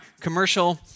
commercial